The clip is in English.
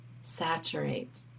saturate